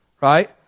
Right